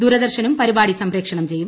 ദൂരദർശനും പരിപാടി സംപ്രേക്ഷണം ചെയ്യും